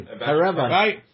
Right